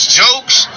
jokes